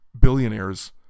billionaires